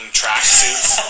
tracksuits